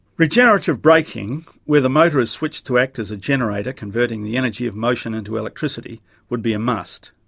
regenerative braking where the motor is switched to act as a generator converting the energy of motion into electricity would be a must.